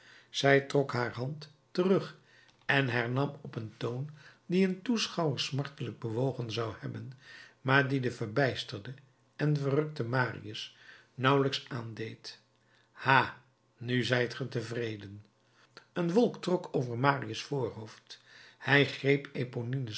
zij trok haar hand terug en hernam op een toon die een toeschouwer smartelijk bewogen zou hebben maar die den verbijsterden en verrukten marius nauwelijks aandeed ha nu zijt gij tevreden een wolk trok over marius voorhoofd hij greep